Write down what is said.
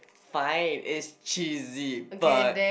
fine it's cheesy but